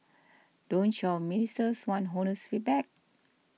don't your ministers want honest feedback